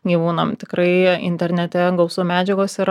gyvūnam tikrai internete gausu medžiagos yra